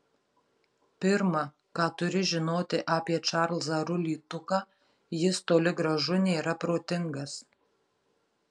pirma ką turi žinoti apie čarlzą rulį tuką jis toli gražu nėra protingas